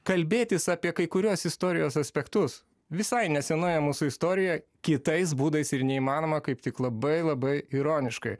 kalbėtis apie kai kuriuos istorijos aspektus visai nesenoje mūsų istorijoje kitais būdais ir neįmanoma kaip tik labai labai ironiškai